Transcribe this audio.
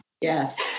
Yes